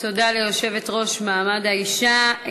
תודה ליושבת-ראש הוועדה למעמד האישה.